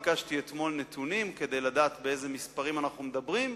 ביקשתי אתמול נתונים כדי לדעת באילו מספרים אנחנו מדברים.